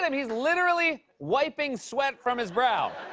and he's literally wiping sweat from his brow.